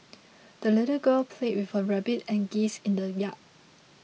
the little girl played with her rabbit and geese in the yard